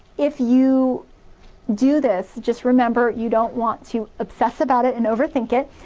if you do this, just remember you don't want to obsess about it and over-think it,